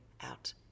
out